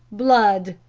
blood!